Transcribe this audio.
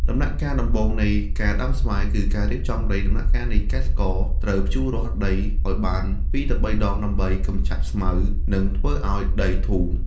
ដំណាក់កាលដំបូងនៃការដាំស្វាយ គឺការរៀបចំដី ដំណាក់កាលនេះកសិករត្រូវភ្ជួររាស់ដីឲ្យបានពីរទៅបីដង ដើម្បីកម្ចាត់ស្មៅ និងធ្វើឲ្យដីធូរ។